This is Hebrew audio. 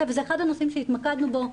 זה אחד הנושאים שהתמקדנו בו,